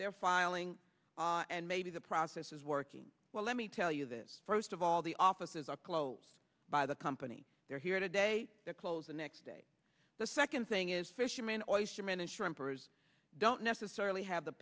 they're filing and maybe the process is working well let me tell you this first of all the offices are closed by the company they're here today that close the next day the second thing is fishermen oystermen and shrimpers don't necessarily have the